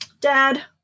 Dad